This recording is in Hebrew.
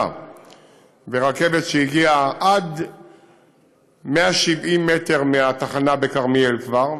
ברכבת שהגיעה עד 170 מטר מהתחנה בכרמיאל כבר.